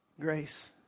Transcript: Grace